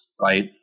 right